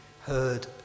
heard